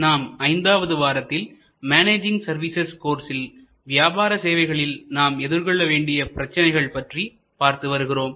நாம் ஐந்தாவது வாரத்தில் மேனேஜிங் சர்வீசஸ் கோர்ஸின் வியாபார சேவைகளில் நாம் எதிர்கொள்ள வேண்டிய பிரச்சனைகள் பற்றி பார்த்து வருகிறோம்